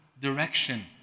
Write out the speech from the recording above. direction